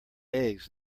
eggs